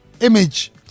image